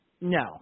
no